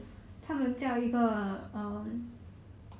!huh!